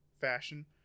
fashion